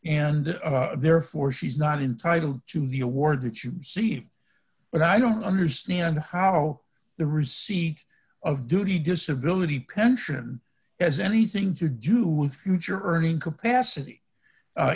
and therefore she's not entitle to the awards that you see but i don't understand how the receipt of duty disability pension has anything to do with future earning capacity